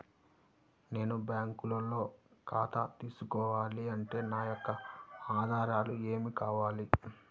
నేను బ్యాంకులో ఖాతా తీసుకోవాలి అంటే నా యొక్క ఆధారాలు ఏమి కావాలి?